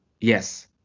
Yes